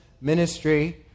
ministry